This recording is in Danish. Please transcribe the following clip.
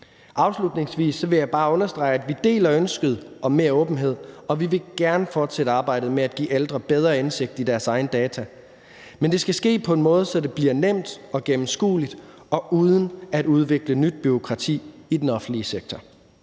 Afslutningsvis vil jeg bare understrege, at vi deler ønsket om mere åbenhed, og vi vil gerne fortsætte arbejdet med at give ældre bedre indsigt i deres egne data, men det skal ske på en måde, så det bliver nemt og gennemskueligt og uden at udvikle nyt bureaukrati i den offentlige sektor.